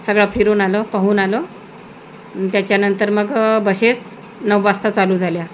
सगळं फिरून आलो पाहून आलो त्याच्यानंतर मग बशेस नऊ वाजता चालू झाल्या